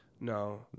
No